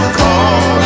call